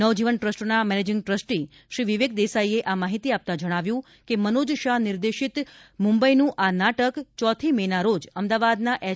નવજીવન ટ્રસ્ટના managing trustee Shri Vivek દેસાઈએ આ માહિતી આપતાં જણાવ્યું કે મનોજ શાહ નિર્દેશિત મુંબઈનું આ નાટક ચોથી મે ના રોજ અમદાવાદના એચ